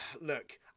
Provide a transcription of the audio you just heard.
look